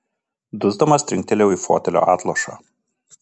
dusdamas trinktelėjau į fotelio atlošą